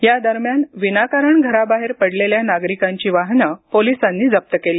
या दरम्यान विनाकारण घराबाहेर पडलेल्या नागरिकांची वाहनं पोलिसांनी जप्त केली